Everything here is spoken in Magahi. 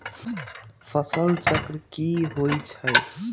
फसल चक्र की होइ छई?